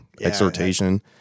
exhortation